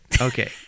Okay